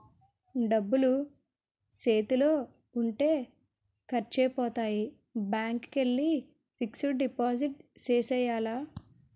డబ్బులు సేతిలో ఉంటే ఖర్సైపోతాయి బ్యాంకికెల్లి ఫిక్సడు డిపాజిట్ సేసియ్యాల